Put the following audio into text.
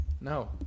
No